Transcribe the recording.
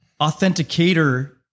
authenticator